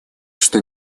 что